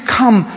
come